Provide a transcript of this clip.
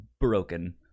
broken